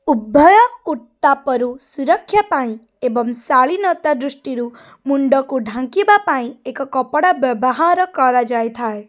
ଉଭୟ ଉତ୍ତାପରୁ ସୁରକ୍ଷା ପାଇଁ ଏବଂ ଶାଳୀନତା ଦୃଷ୍ଟିରୁ ମୁଣ୍ଡକୁ ଢାଙ୍କିବାପାଇଁ ଏକ କପଡ଼ା ବ୍ୟବହାର କରାଯାଇଥାଏ